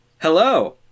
Hello